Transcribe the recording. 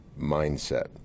mindset